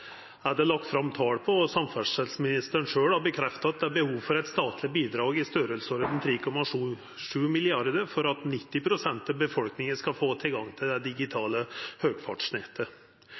er det lagt fram tal på, og samferdselsministeren har sjølv stadfesta at det er behov for eit statleg bidrag på om lag 3,7 mrd. kr for at 90 pst. av befolkninga skal få tilgang til det digitale høgfartsnettet.